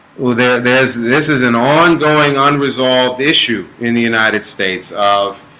well. there's there's this is an ongoing unresolved issue in the united states of